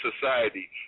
society